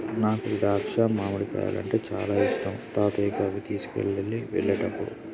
నాకు ద్రాక్షాలు మామిడికాయలు అంటే చానా ఇష్టం తాతయ్యకు అవి తీసుకువెళ్ళు వెళ్ళేటప్పుడు